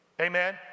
amen